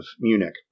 Munich